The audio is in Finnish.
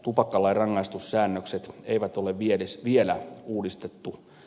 tupakkalain rangaistussäännöksiä ei ole vielä uudistettu